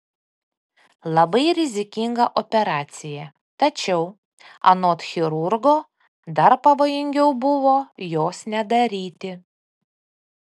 labai rizikinga operacija tačiau anot chirurgo dar pavojingiau buvo jos nedaryti